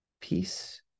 peace